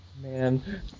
man